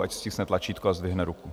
Ať stiskne tlačítko a zdvihne ruku.